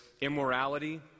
immorality